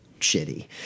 shitty